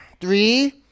Three